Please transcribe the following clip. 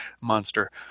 monster